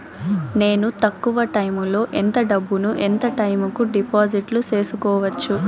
నేను తక్కువ టైములో ఎంత డబ్బును ఎంత టైము కు డిపాజిట్లు సేసుకోవచ్చు?